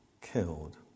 killed